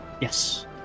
Yes